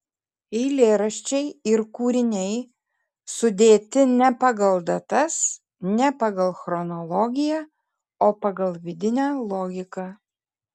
eilėraščiai ir kūriniai sudėti ne pagal datas ne pagal chronologiją o pagal vidinę logiką